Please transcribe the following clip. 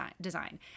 design